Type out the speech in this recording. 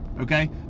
okay